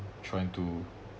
trying to